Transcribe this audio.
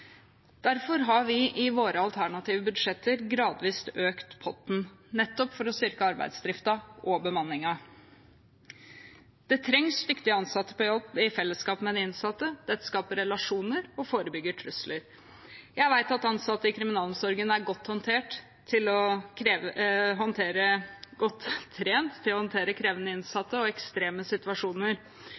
Derfor har vi i våre alternative budsjetter gradvis økt potten, nettopp for å styrke arbeidsdriften og bemanningen. Det trengs dyktige ansatte på jobb i fellesskap med de innsatte. Dette skaper relasjoner og forebygger trusler. Jeg vet at ansatte i kriminalomsorgen er godt trent til å håndtere krevende innsatte og ekstreme situasjoner.